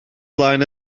flaen